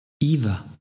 Eva